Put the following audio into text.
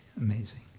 amazing